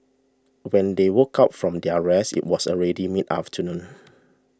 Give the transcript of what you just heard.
when they woke up from their rest it was already mid afternoon